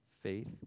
faith